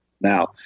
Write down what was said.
Now